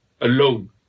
alone